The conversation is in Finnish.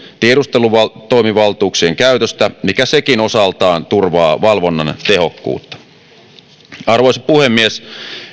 tiedustelutoimivaltuuksien käytöstä mikä sekin osaltaan turvaa valvonnan tehokkuutta arvoisa puhemies